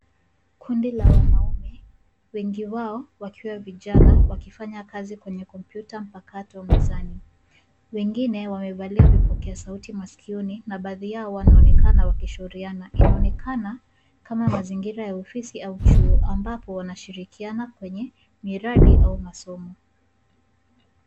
Kundi la wanaume, wengi wao wakiwa vijana, wakifanya kazi kwenye kompyuta mpakato mezani. Wengine wamevalia vipokea sauti masikioni na baadhi yao wanaonekana wakishauriana. Inaonekana kama mazingira ya ofisi au chuo ambapo wanashirikiana kwenye miradi au masomo.